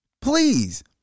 Please